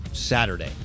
Saturday